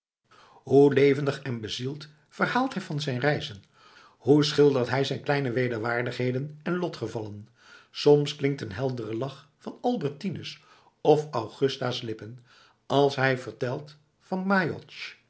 hoe levendig en bezield verhaalt hij van zijn reizen hoe schildert hij zijn kleine wederwaardigheden en lotgevallen soms klinkt een heldere lach van albertines of augusta's lippen als hij vertelt van